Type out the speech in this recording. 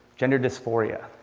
gender dysphoria.